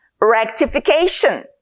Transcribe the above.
Rectification